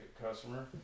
customer